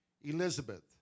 Elizabeth